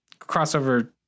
crossover